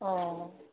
ꯑꯣ